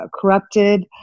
corrupted